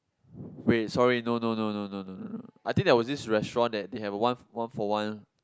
wait sorry no no no no no no no I think there was this restaurant that they had a one one for one